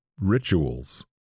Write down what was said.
rituals